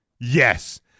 Yes